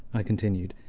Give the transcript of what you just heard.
i continued,